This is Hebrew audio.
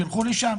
שילכו לשם,